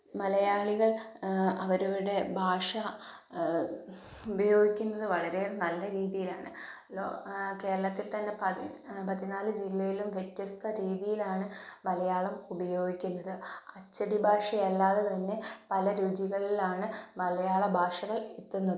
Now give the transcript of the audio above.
മലയാളികൾ അവരുടെ ഭാഷ ഉപയോഗിക്കുന്നത് വളരെ നല്ല രീതിയിലാണ് കേരളത്തിൽ തന്നെ പതിനാല് ജില്ലയിലും വ്യത്യസ്ത രീതിയിലാണ് മലയാളം ഉപയോഗിക്കുന്നത് അച്ചടി ഭാഷ അല്ലാതെ തന്നെ പല രുചികളിലാണ് മലയാള ഭാഷകൾ എത്തുന്നത്